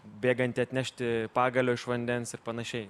bėgantį atnešti pagalio iš vandens ir panašiai